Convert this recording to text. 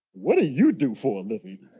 what do you do for a living?